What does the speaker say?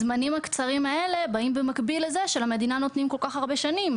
הזמנים הקצרים האלה באים במקביל לזה שלמדינה נותנים כל כך הרבה שנים,